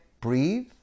breathe